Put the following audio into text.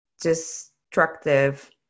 destructive